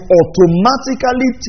automatically